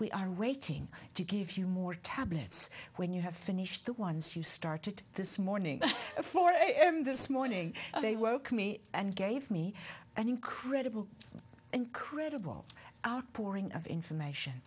we are waiting to give you more tablets when you have finished the ones you started this morning at four am this morning they woke me and gave me an incredible incredible outpouring of information